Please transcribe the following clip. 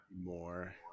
more